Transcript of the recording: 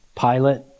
Pilate